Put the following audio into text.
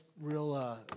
real